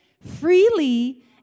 freely